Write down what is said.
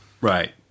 Right